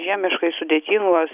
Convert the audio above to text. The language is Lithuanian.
žiemiškai sudėtingos